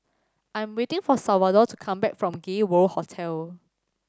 I'm waiting for Salvador to come back from Gay World Hotel